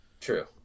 True